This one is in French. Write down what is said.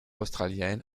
australienne